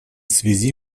связи